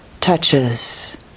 touches